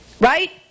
Right